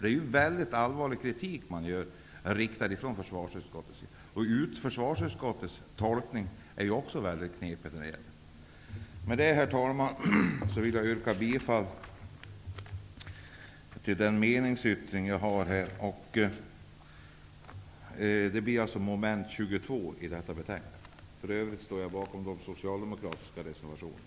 Det är ju en mycket allvarlig kritik som riktas från försvarsutskottets sida. Försvarsutskottets tolkning är ju också mycket knepig. Herr talman! Med detta vill jag yrka bifall till den meningsyttring jag har rörande mom. 22 i detta betänkande. För övrigt står jag bakom den socialdemokratiska reservationerna.